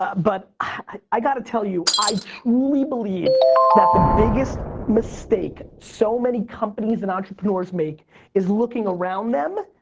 but i gotta tell you, i truly believe that the biggest mistake so many companies and entrepreneurs make is looking around them.